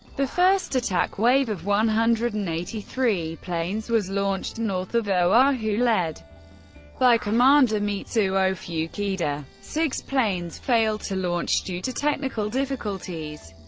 the first attack wave of one hundred and eighty three planes was launched north of oahu, led by commander mitsuo fuchida. six planes failed to launch due to technical difficulties.